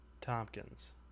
Tompkins